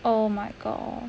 oh my god